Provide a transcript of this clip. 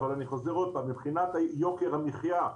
אבל אני חוזר עוד פעם, מבחינת יוקר המחיה,